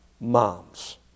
moms